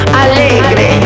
alegre